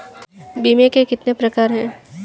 बीमे के कितने प्रकार हैं?